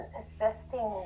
assisting